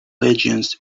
legions